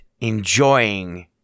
enjoying